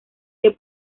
que